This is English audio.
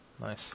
nice